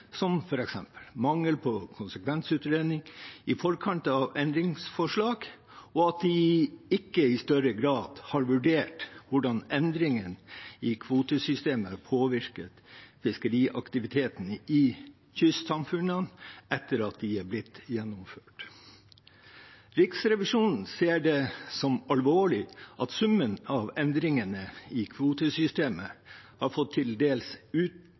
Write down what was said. som f.eks. mangel på konsekvensutredning i forkant av endringsforslag, og at de ikke i større grad har vurdert hvordan endringene i kvotesystemet påvirker fiskeriaktiviteten i kystsamfunnene etter at de har blitt gjennomført. Riksrevisjonen ser det som alvorlig at summen av endringene i kvotesystemet har fått til dels